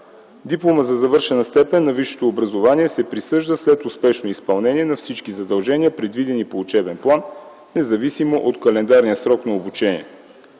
Дипломът за завършена степен на висшето образование се присъжда след успешно изпълнение на всички задължения, предвидени в учебния план, независимо от календарния срок на обучение.